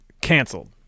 Canceled